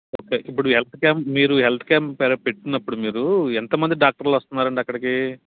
okay ఇప్పుడు health camp మీరు health camp పెట్టినప్పుడు మీరు ఎంత మంది డాక్టర్లు వస్తున్నారండి అక్కడికి